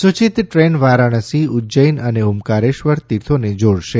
સૂચિત ટ્રેન વારાણસી ઉજ્જૈન ૈ ને ઓમકારેશ્વર તીર્થોને જોડશે